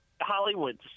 Hollywood